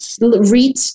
read